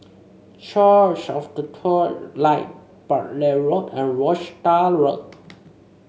Church of the True Light Bartley Road and Rochdale Road